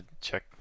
check